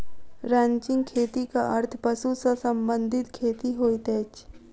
ranching खेतीक अर्थ पशु सॅ संबंधित खेती होइत अछि